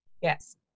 Yes